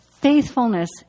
faithfulness